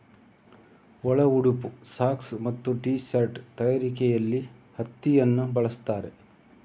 ಒಳ ಉಡುಪು, ಸಾಕ್ಸ್ ಮತ್ತೆ ಟೀ ಶರ್ಟ್ ತಯಾರಿಕೆಯಲ್ಲಿ ಹತ್ತಿಯನ್ನ ಬಳಸ್ತಾರೆ